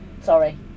Sorry